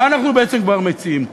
מה אנחנו כבר מציעים כאן?